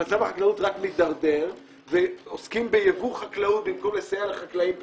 ומצב החקלאות רק מתדרדר ועוסקים בייבוא חקלאות במקום לסייע לחקלאים פה,